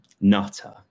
nutter